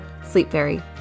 sleepfairy